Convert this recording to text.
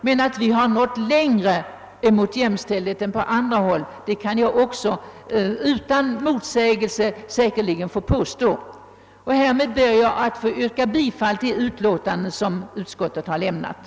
Men jag kan nog utan att bli motsagd också påstå att vi nått längre mot självständighet i Sverige än man gjort på andra håll. Herr talman! Härmed ber jag att få yrka bifall till utskottets hemställan.